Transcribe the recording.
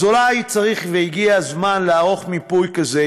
אז אולי צריך והגיע הזמן לערוך מיפוי כזה,